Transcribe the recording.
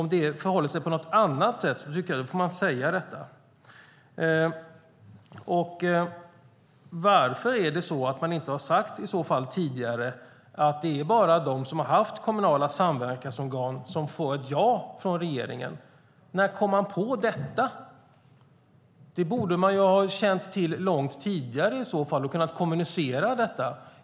Om det förhåller sig på något annat sätt tycker jag att man ska säga det. Varför har man inte sagt tidigare att det bara är de som har haft kommunala samverkansorgan som får ett ja från regeringen? När kom man på detta? Det borde man ju i så fall ha känt till och kunnat kommunicera långt tidigare.